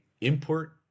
import